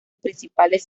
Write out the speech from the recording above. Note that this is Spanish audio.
principales